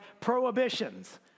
prohibitions